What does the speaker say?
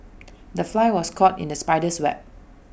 the fly was caught in the spider's web